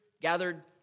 gathered